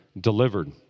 delivered